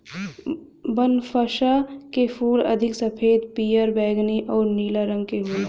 बनफशा के फूल अधिक सफ़ेद, पियर, बैगनी आउर नीला रंग में होला